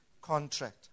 contract